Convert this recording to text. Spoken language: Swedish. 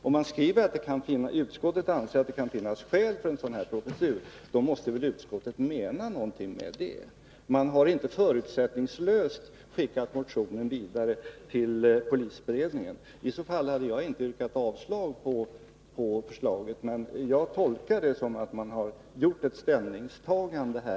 Om utskottet skriver att det kan finnas skäl för en sådan här professur, då måste väl utskottet mena någonting med det. Man har inte förutsättningslöst skickat motionen vidare till polisberedningen. I så fall hade jag inte yrkat avslag på förslaget. Jag tolkar det som att utskottet har gjort ett ställningstagande.